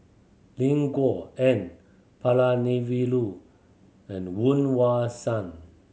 Lin Gao N Palanivelu and Woon Wah Siang